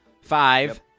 Five